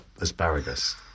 asparagus